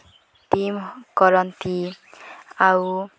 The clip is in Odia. ଟିମ୍ କରନ୍ତି ଆଉ